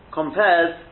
compares